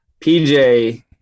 PJ